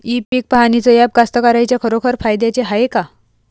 इ पीक पहानीचं ॲप कास्तकाराइच्या खरोखर फायद्याचं हाये का?